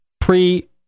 pre-